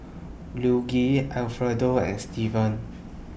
Luigi and Steven